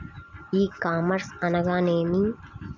ఈ కామర్స్ అనగా నేమి?